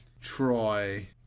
Troy